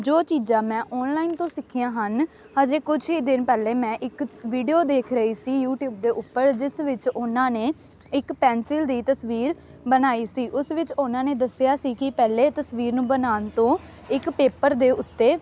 ਜੋ ਚੀਜ਼ਾਂ ਮੈਂ ਔਨਲਾਈਨ ਤੋਂ ਸਿੱਖੀਆਂ ਹਨ ਅਜੇ ਕੁਝ ਹੀ ਦਿਨ ਪਹਿਲੇ ਮੈਂ ਇੱਕ ਵੀਡੀਓ ਦੇਖ ਰਹੀ ਸੀ ਯੂਟਿਊਬ ਦੇ ਉੱਪਰ ਜਿਸ ਵਿੱਚ ਉਹਨਾਂ ਨੇ ਇੱਕ ਪੈਨਸਿਲ ਦੀ ਤਸਵੀਰ ਬਣਾਈ ਸੀ ਉਸ ਵਿੱਚ ਉਹਨਾਂ ਨੇ ਦੱਸਿਆ ਸੀ ਕਿ ਪਹਿਲਾਂ ਤਸਵੀਰ ਨੂੰ ਬਣਾਉਣ ਤੋਂ ਇੱਕ ਪੇਪਰ ਦੇ ਉੱਤੇ